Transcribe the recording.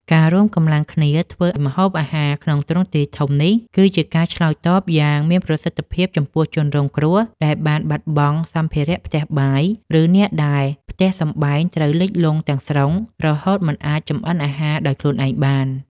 ការរួមកម្លាំងគ្នាធ្វើម្ហូបអាហារក្នុងទ្រង់ទ្រាយធំនេះ គឺជាការឆ្លើយតបយ៉ាងមានប្រសិទ្ធភាពចំពោះជនរងគ្រោះដែលបានបាត់បង់សម្ភារៈផ្ទះបាយ ឬអ្នកដែលផ្ទះសម្បែងត្រូវលិចលង់ទាំងស្រុងរហូតមិនអាចចម្អិនអាហារដោយខ្លួនឯងបាន។